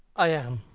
i am.